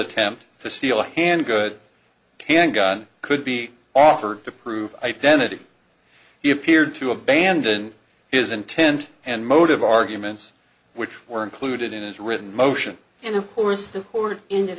attempt to steal a hand good can gun could be offered to prove identity he appeared to abandon his intent and motive arguments which were included in his written motion and of course the court ended